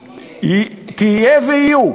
יהיה.